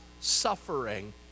suffering